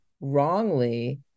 wrongly